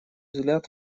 взгляд